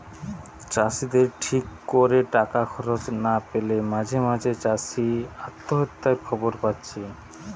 চাষিদের ঠিক কোরে টাকা খরচ না পেলে মাঝে মাঝে চাষি আত্মহত্যার খবর পাচ্ছি